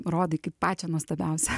rodai kaip pačią nuostabiausią